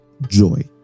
joy